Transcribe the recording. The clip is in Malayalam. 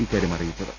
ഇക്കാര്യം അറിയിച്ചത്